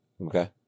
Okay